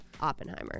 Oppenheimer